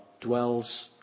dwells